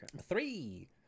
Three